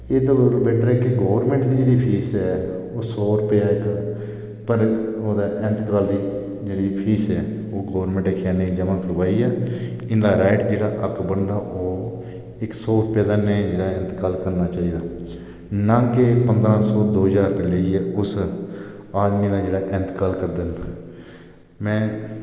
एह्दे कोला बैटर ऐ कि जेह्ड़ी गौरमेंट दी फीस ऐ ओह् सौ रपेआ ओह्दे पर इंतकाल दी जेह्ड़ी फीस ऐ गौरमेंट दे खजाने च जमां कराइयै इंदा जेह्ड़ा हक्क बनदा ओह् सौ रपेआ जमां कराइये ना कि पंदरां सौ दौ ज्हार रपेआ लेइयै उस जेह्ड़ा आदमी दा इंतकाल करदे न में